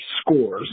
scores